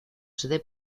sede